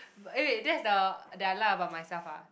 but eh wait that's the that I like about myself ah